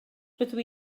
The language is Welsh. rydw